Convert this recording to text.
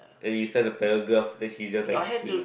then you send a paragraph then she just like K